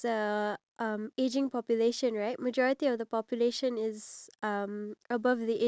you see all of this is all cater due to the fact that singapore is a um